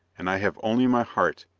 and i have only my heart,